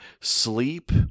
sleep